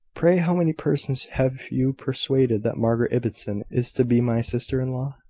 pray how many persons have you persuaded that margaret ibbotson is to be my sister-in-law?